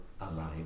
alive